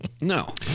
no